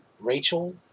Rachel